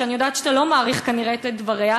שאני יודעת שאתה לא מעריך כנראה את דבריה.